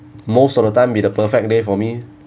most of the time be the perfect day for me